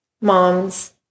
moms